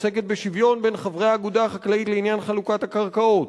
שעוסקת בשוויון בין חברי האגודה החקלאית לעניין חלוקת הקרקעות,